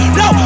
no